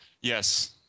Yes